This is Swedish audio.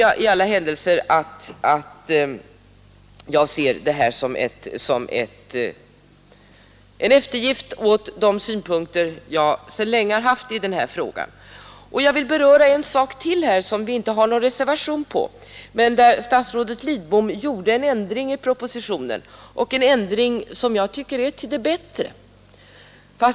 Jag ser alltså propositionens förslag som en eftergift åt de synpunkter som jag sedan länge haft i denna fråga. Jag vill beröra ytterligare en punkt, nämligen den särskilda bodelningsregeln. Statsrådet Lidbom gjorde här en ändring i propositionen som jag tycker är till det bättre.